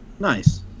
Nice